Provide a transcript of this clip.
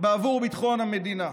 בעבור ביטחון המדינה.